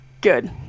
good